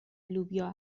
لوبیا